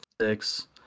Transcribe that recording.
six